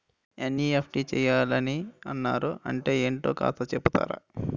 NEFT చేయాలని అన్నారు అంటే ఏంటో కాస్త చెపుతారా?